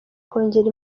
kongera